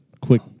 quick